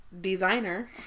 designer